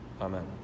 Amen